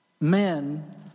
men